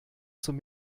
zum